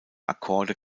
akkorde